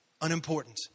unimportant